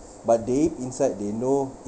but they inside they know